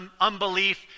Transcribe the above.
unbelief